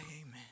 amen